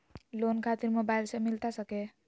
Loan खातिर mobile से मिलता सके?